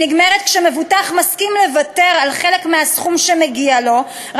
היא נגמרת כשמבוטח מסכים לוותר על חלק מהסכום שמגיע לו,